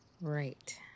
Right